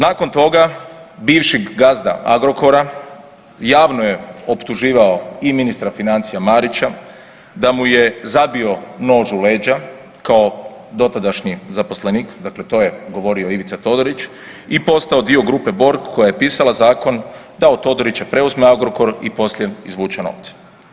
Nakon toga bivši gazda Agrokora javno je optuživao i ministra financija Marića da mu je zabio nož u leđa kao dotadašnji zaposlenik, dakle to je govorio Ivica Todorić i postao dio grupe Borg koja je pisala zakon da od Todorića preuzme Agrokor i poslije izvuče novce.